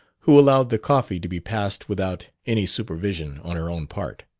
who allowed the coffee to be passed without any supervision on her own part.